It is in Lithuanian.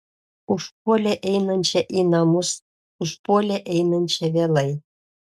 užpuolė einančią į namus užpuolė einančią vėlai